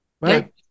Right